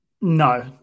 No